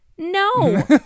No